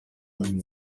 nibo